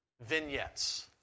vignettes